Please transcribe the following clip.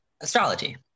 Astrology